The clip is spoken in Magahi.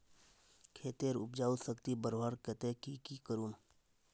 खेतेर उपजाऊ शक्ति बढ़वार केते की की करूम?